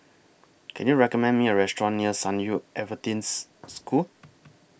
Can YOU recommend Me A Restaurant near San Yu Adventists School